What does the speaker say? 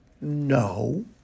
No